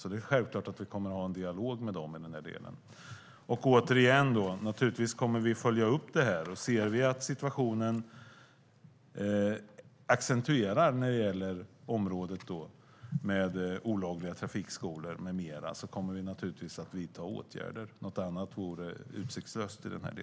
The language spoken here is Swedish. Vi kommer självklart att ha en dialog med dem i den här delen.